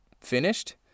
finished